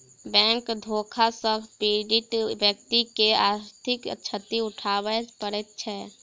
bank धोखा सॅ पीड़ित व्यक्ति के आर्थिक क्षति उठाबय पड़ैत छै